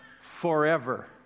forever